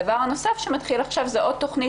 הדבר הנוסף שמתחיל עכשיו זו עוד תכנית